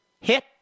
hit